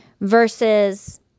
Versus